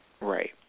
Right